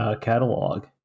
catalog